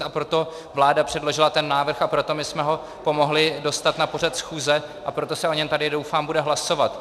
A proto vláda předložila ten návrh a proto my jsme ho pomohli dostat na pořad schůze a proto se tady o něm, doufám, bude hlasovat.